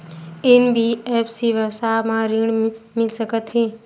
NBFC व्यवसाय मा ऋण मिल सकत हे